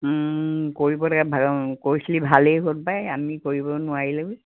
কৰিব লাগে কৰিছিলি ভালেই হ'ল পাই আমি কৰিব নোৱাৰিলোঁ